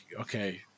okay